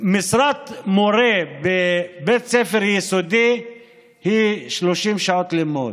משרת מורה בבית ספר יסודי היא 30 שעות לימוד.